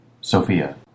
Sophia